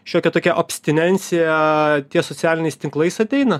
šiokia tokia obstinencija tie socialiniais tinklais ateina